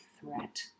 threat